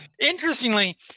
Interestingly